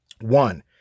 One